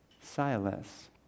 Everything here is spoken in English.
Silas